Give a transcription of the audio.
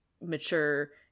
mature